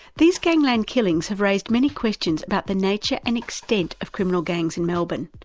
these gangland killings have raised many questions about the nature and extent of criminal gangs in melbourne.